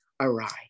awry